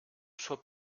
sois